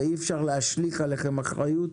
ואי אפשר להשליך עליכם אחריות,